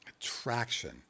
Attraction